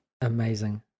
Amazing